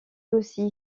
aussi